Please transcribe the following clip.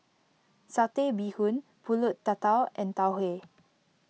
Satay Bee Hoon Pulut Tatal and Tau Huay